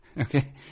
okay